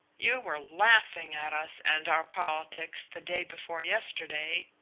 you were laughing at us and our politics the day before yesterday,